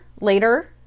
later